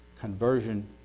conversion